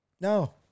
no